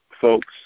folks